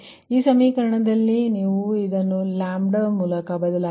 ಆದ್ದರಿಂದ ಈ ಸಮೀಕರಣದಲ್ಲಿ ಈ ಸಮೀಕರಣದಲ್ಲಿ ನೀವು ಇದನ್ನು ಲ್ಯಾಂಬ್ಡಾ ಮೂಲಕ ಬದಲಾಯಿಸಿ